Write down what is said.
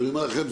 אני אומר לכם,